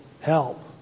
Help